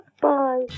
Bye